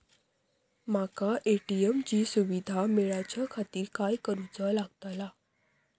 माका ए.टी.एम ची सुविधा मेलाच्याखातिर काय करूचा लागतला?